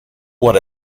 what